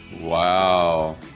wow